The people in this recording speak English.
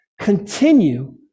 continue